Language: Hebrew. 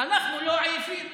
אנחנו לא עייפים.